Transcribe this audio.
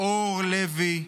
אור לוי,